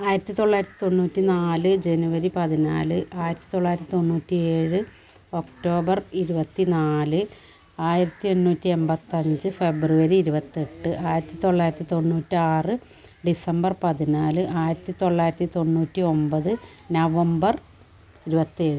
ആയിരത്തി തൊള്ളായിരത്തി തൊണ്ണൂറ്റി നാല് ജനുവരി പതിനാല് ആയിരത്തി തൊള്ളായിരത്തി തൊണ്ണൂറ്റിയേഴ് ഒക്ടോബർ ഇരുപത്തിനാല് ആയിരത്തി എണ്ണൂറ്റി എൺപത്തഞ്ച് ഫെബ്രുവരി ഇരുപത്തെട്ട് ആയിരത്തി തൊള്ളായിരത്തി തൊണ്ണൂറ്റാറ് ഡിസംബർ പതിനാല് ആയിരത്തി തൊള്ളായിരത്തി തൊണ്ണൂറ്റിയൊൻപത് നവംബർ ഇരുപത്തേഴ് അല്ലെ